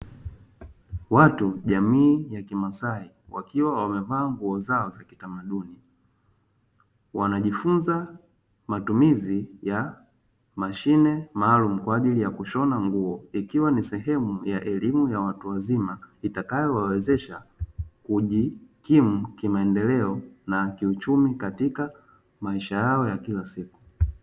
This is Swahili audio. Watu jamii ya kimasai wakiwa wamevaa nguo zao za kitamaduni wanajifunza matumizi ya mashine maalum kwa ajili ya kushona nguo, ikiwa ni sehemu ya elimu ya watu wazima itakayowawezesha kujikimu kimaendeleo na kiuchumi katika maisha yao ya kila siku.